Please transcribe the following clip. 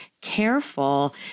careful